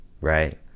right